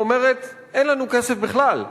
אומרת: אין לנו כסף בכלל.